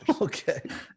Okay